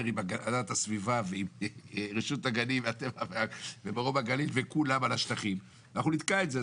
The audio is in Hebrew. עם הגנת הסביבה ורשות הגנים וכולם על השטחים אנחנו נתקע את זה.